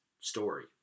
story